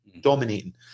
Dominating